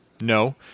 No